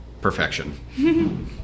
perfection